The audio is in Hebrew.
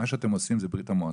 מה שאתם עושים זה ברית המועצות.